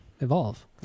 evolve